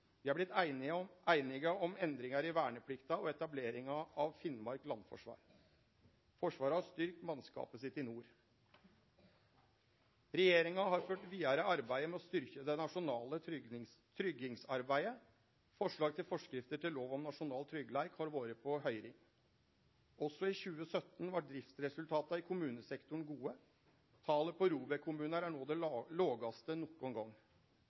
Regjeringa har ført vidare arbeidet med å styrkje det nasjonale tryggingsarbeidet. Forslag til forskrifter til lov om nasjonal tryggleik har vore på høyring. Også i 2017 var driftsresultata i kommunesektoren gode. Talet på ROBEK-kommunar er no det lågaste nokon gong.